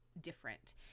different